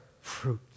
fruit